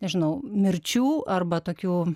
nežinau mirčių arba tokių